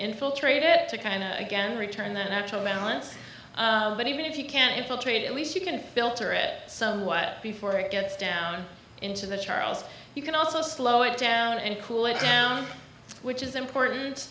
infiltrate it to kind of again return then actual balance but even if you can't infiltrate at least you can filter it somewhat before it gets down into the charles you can also slow it down and cool it down which is important